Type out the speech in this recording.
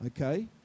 okay